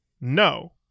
No